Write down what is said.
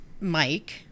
Mike